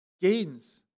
gains